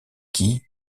qui